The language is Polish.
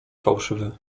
fałszywy